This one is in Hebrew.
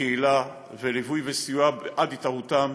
וקהילה ולליווי וסיוע עד התערותם.